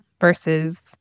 versus